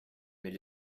mais